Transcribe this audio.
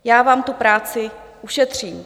Já vám tu práci ušetřím.